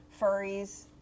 furries